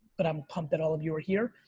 but i'm pumped that all of you are here.